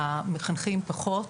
המחנכים פחות,